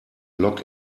log